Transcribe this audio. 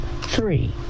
three